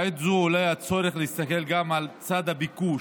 בעת הזו עולה הצורך להסתכל גם על צד הביקוש.